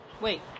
Wait